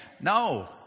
no